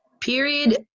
period